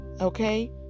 Okay